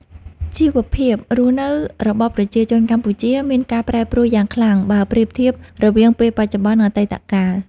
ជីវភាពរស់នៅរបស់ប្រជាជនកម្ពុជាមានការប្រែប្រួលយ៉ាងខ្លាំងបើប្រៀបធៀបរវាងពេលបច្ចុប្បន្ន និងអតីតកាល។